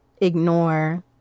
ignore